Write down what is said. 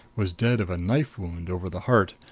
was dead of a knife wound over the heart,